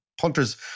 punters